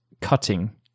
cutting